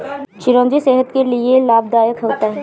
चिरौंजी सेहत के लिए लाभदायक होता है